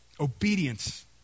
Obedience